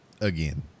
Again